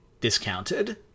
discounted